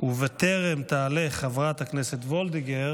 ובטרם תעלה חברת הכנסת וולדיגר,